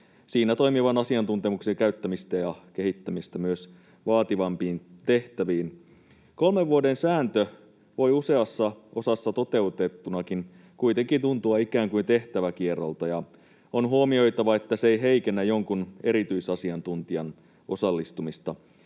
siinä toimivan asiantuntemuksen käyttämistä ja kehittämistä myös vaativampiin tehtäviin. Kolmen vuoden sääntö voi useassa osassa toteutettunakin kuitenkin tuntua ikään kuin tehtäväkierrolta, ja on huomioitava, että se ei heikennä jonkun erityisasiantuntijan osallistumista.